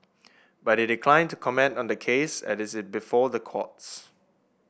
but it declined to comment on the case as it is before the courts